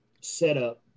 setup